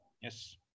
Yes